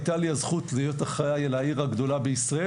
הייתה לי הזכות להיות אחראי על העיר הגדולה בישראל,